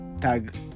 tag